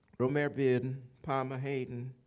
romare bearden, palmer hayden